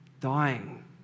dying